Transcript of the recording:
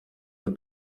the